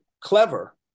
clever